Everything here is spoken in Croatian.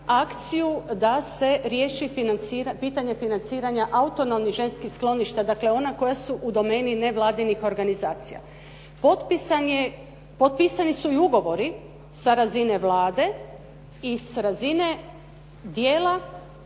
akciju da se riješi pitanje financiranja autonomnih ženskih skloništa dakle ona koja su u domeni nevladinih organizacija. Potpisani su i ugovori sa razine Vlade i s razine dijela